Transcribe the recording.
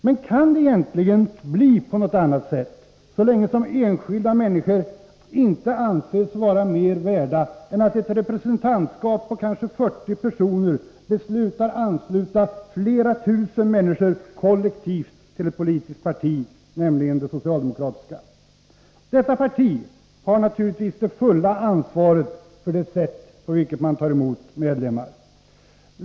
Men kan det egentligen bli på något annat sätt så länge som enskilda människor inte anses vara mera värda än att ett representantskap på kanske 40 personer beslutar ansluta flera tusen människor kollektivt till ett politiskt parti, nämligen det socialdemokratiska? Detta parti har givetvis det fulla ansvaret för det sätt på vilket man tar emot medlemmar.